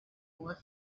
more